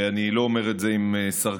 ואני לא אומר את זה עם סרקזם,